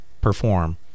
perform